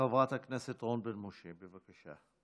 חברת הכנסת רון בן משה, בבקשה.